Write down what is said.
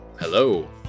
Hello